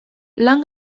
lan